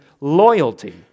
loyalty